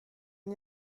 n’y